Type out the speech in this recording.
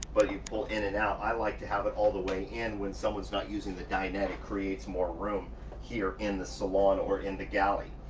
but you pull in and out. i live like to have it all the way in when someone's not using the dinette. it creates more room here in the salon or in the galley.